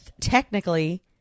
technically